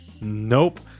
Nope